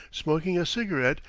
smoking a cigarette,